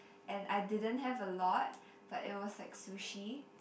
and I didn't have a lot but it was like sushi